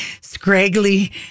scraggly